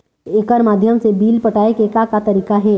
एकर माध्यम से बिल पटाए के का का तरीका हे?